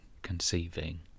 conceiving